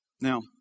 Now